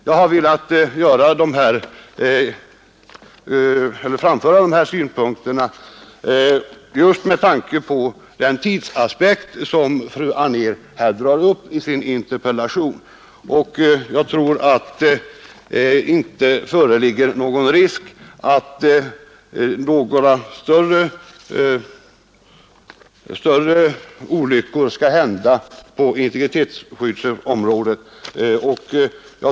Jag har velat framföra dessa synpunkter just med tanke på den tidsaspekt som fru And drar upp i sin interpellation. och jag tror inte att der föreligger nagon risk för att några större olyckor skall hända på integetetssky ddsområdet.